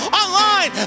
online